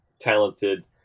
talented